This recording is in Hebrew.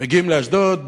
מגיעים לאשדוד,